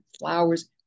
flowers